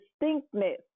distinctness